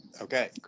Okay